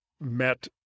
met